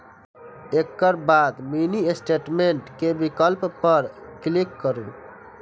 एकर बाद mini statement के विकल्प पर क्लिक करू